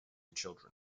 children